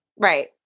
Right